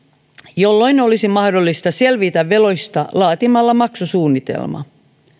jolloin olisi mahdollista selvitä veloista laatimalla maksusuunnitelma